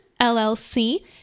LLC